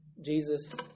Jesus